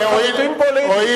היא לחלוטין פוליטית,